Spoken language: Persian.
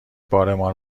بارمان